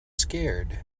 scared